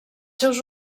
seus